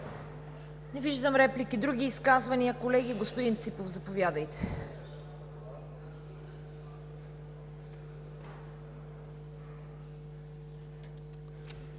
Не виждам. Други изказвания, колеги? Господин Ципов, заповядайте.